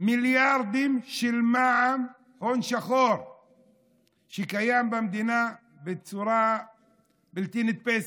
מיליארדים של מע"מ הון שחור קיים במדינה בצורה בלתי נתפסת.